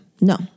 No